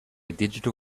digital